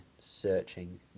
searching